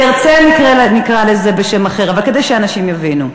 תרצה, נקרא לזה בשם אחר, אבל זה כדי שאנשים יבינו.